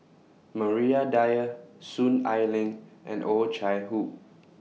Maria Dyer Soon Ai Ling and Oh Chai Hoo